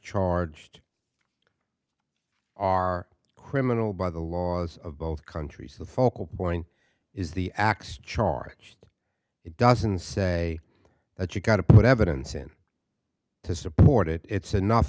charged are criminal by the laws of both countries the focal point is the acts charge it doesn't say that you've got to put evidence in to support it it's enough